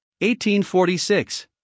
1846